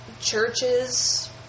churches